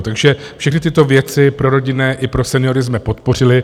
Takže všechny tyto věci prorodinné i pro seniory jsme podpořili.